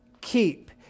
keep